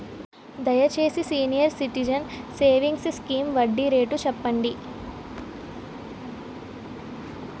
దయచేసి senior citizens savings scheme వడ్డీ rate చెప్పండి